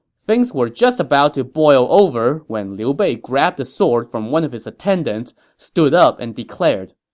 things were just about to boil over when liu bei grabbed a sword from one of his attendants, stood up, and declared,